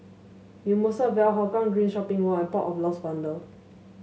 Mimosa Vale Hougang Green Shopping Mall and Port of Lost Wonder